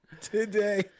Today